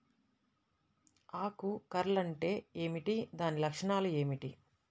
ఆకు కర్ల్ అంటే ఏమిటి? దాని లక్షణాలు ఏమిటి?